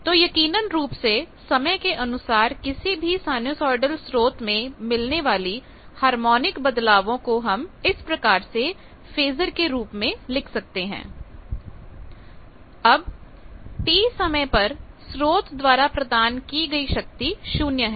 तो यकीनन रूप से समय के अनुसार किसी भी साइनुसीओडल स्रोत में मिलने वाले हार्मोनिक बदलावों को हम इस प्रकार से फेज़र के रूप में लिख सकते हैं Vs Vsoejwt अब t समय पर स्रोत द्वारा प्रदान की गई शक्ति 0 है